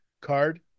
card